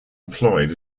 employed